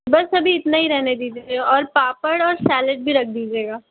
बस अभी इतना ही रहने दीजिए और पापड़ और सैलेड भी रख दीजिएगा